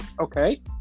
okay